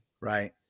Right